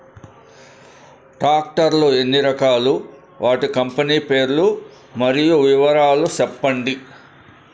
Tractor లు ఎన్ని రకాలు? వాటి కంపెని పేర్లు మరియు వివరాలు సెప్పండి?